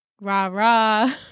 rah-rah